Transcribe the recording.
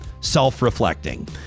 self-reflecting